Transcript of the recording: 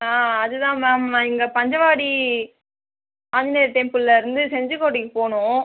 ஆ அது தான் மேம் இங்கே பஞ்சவாடி ஆஞ்சிநேயர் டெம்பிள்லேருந்து செஞ்சிக்கோட்டைக்கு போகணும்